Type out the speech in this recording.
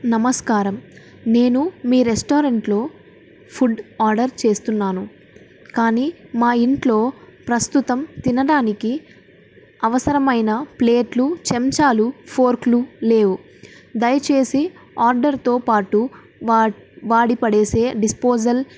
నమస్కారం నేను మీ రెస్టారెంట్లో ఫుడ్ ఆర్డర్ చేస్తున్నాను కానీ మా ఇంట్లో ప్రస్తుతం తినడానికి అవసరమైన ప్లేట్లు చెంచాలు ఫోర్కులు లేవు దయచేసి ఆర్డర్తో పాటు వా వాడిపడేసే డిస్పోసబల్